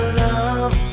love